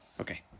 Okay